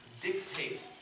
dictate